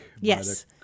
Yes